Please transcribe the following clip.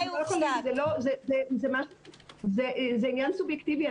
זה עניין סובייקטיבי.